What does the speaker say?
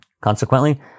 Consequently